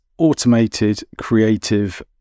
automatedcreative